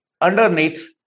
underneath